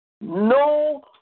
No